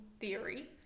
theory